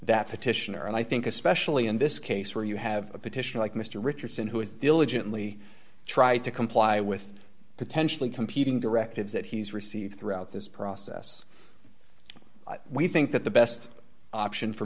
that petitioner and i think especially in this case where you have a petition like mr richardson who is diligently try to comply with potentially competing directives that he's received throughout this process we think that the best option for